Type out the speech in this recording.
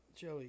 Joey